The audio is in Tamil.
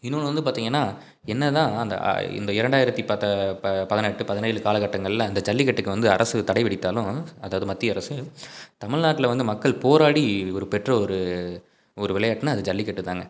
இன்னொன்று வந்து பார்த்திங்கன்னா என்ன தான் அந்த இந்த இரண்டாயிரத்தி பத்து ப பதினெட்டு பதினேழு காலகட்டங்களில் அந்த ஜல்லிக்கட்டுக்கு வந்து அரசு தடை விதித்தாலும் அதாவது மத்திய அரசு தமிழ்நாட்டில் வந்து மக்கள் போராடி ஒரு பெற்ற ஒரு ஒரு விளையாட்டுனா அது ஜல்லிக்கட்டுதாங்க